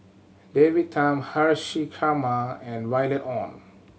David Tham Haresh and Violet Oon